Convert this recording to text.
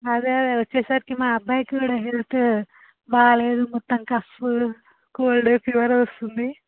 అదే అ వచ్చేసరికి మా అబ్బాయికి కూడా హెల్త్ బాగాలేదు మొత్తం కఫ కోల్డ్ ఫీవర్ వస్తుంది